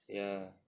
ya